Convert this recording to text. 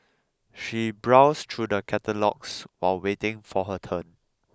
she browsed through the catalogues while waiting for her turn